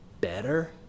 better